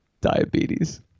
Diabetes